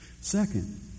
Second